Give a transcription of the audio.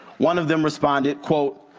one of them responded, quote,